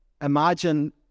imagine